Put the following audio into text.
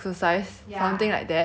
but um I think